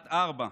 בת ארבע.